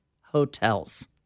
hotels